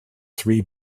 three